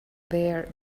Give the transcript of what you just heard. there